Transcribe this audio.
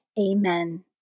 Amen